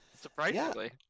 Surprisingly